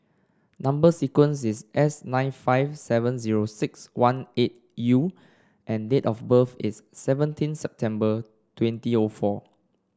number sequence is S nine five seven zero six one eight U and date of birth is seventeen September twenty O four